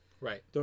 Right